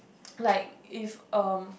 like if um